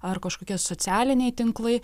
ar kažkokie socialiniai tinklai